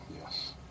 Yes